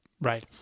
Right